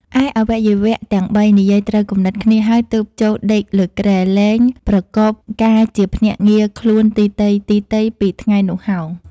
ឯអវយវៈទាំង ៣ និយាយត្រូវគំនិតគ្នាហើយទើបចូលដេកលើគ្រែ លែង ប្រកបការជាភ្នាក់ងារខ្លួនទីទៃ ៗ ពីថ្ងៃនោះហោង ។